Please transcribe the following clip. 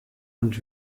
und